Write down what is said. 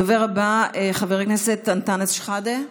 הדובר הבא, חבר הכנסת אנטאנס שחאדה,